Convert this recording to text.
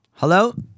Hello